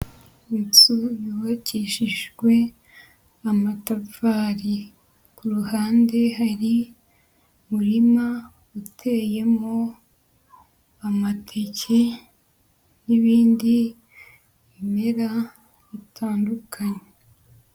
Inzu yubakishijwe amatafari, ku ruhande hari umurima uteyemo amateke n'ibindi bimera bitandukanye.